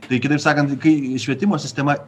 tai kitaip sakant kai švietimo sistema